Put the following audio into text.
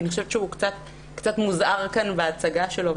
אני חושבת שהוא קצת מוזער בהצגה שלו.